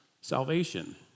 salvation